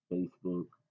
Facebook